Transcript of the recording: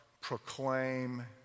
proclaim